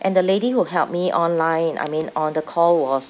and the lady who helped me online I mean on the call was